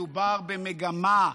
מדובר במגמה,